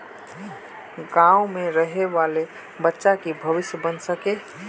गाँव में रहे वाले बच्चा की भविष्य बन सके?